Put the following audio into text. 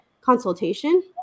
consultation